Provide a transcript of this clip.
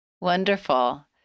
Wonderful